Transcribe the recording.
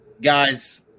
guys